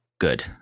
good